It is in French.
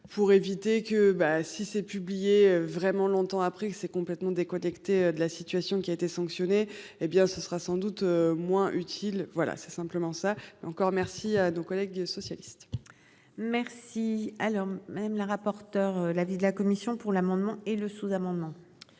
pour éviter que ben si c'est publié vraiment longtemps après c'est complètement déconnecté de la situation qui a été sanctionné, hé bien ce sera sans doute moins utile. Voilà, c'est simplement ça. Encore merci à dos collègue socialiste. Merci. Alors même la rapporteure. L'avis de la Commission pour l'amendement et le sous-amendement.